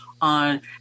on